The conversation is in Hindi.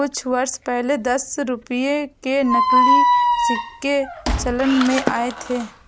कुछ वर्ष पहले दस रुपये के नकली सिक्के चलन में आये थे